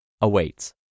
awaits